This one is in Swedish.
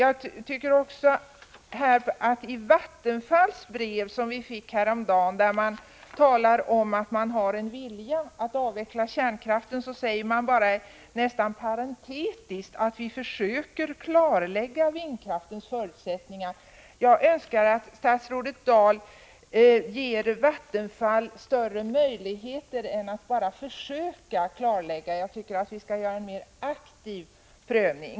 I det brev som vi fick från Vattenfall häromdagen och där man talar om att man har en vilja att avveckla kärnkraften, sägs bara — nästan parentetiskt — att man försöker klarlägga vindkraftens förutsättningar. Jag önskar att statsrådet Dahl ger Vattenfall större möjligheter än att bara försöka klarlägga. Jag tycker att vi skall göra en mer aktiv prövning.